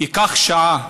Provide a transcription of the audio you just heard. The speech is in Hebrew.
ייקח שעה.